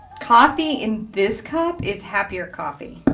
coffee in this cup is happier coffee.